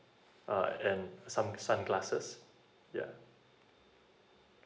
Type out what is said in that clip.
uh and some sunglasses yeah